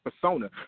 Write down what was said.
persona